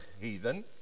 heathen